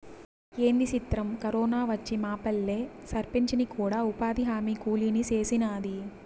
ఏంది సిత్రం, కరోనా వచ్చి మాపల్లె సర్పంచిని కూడా ఉపాధిహామీ కూలీని సేసినాది